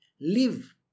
live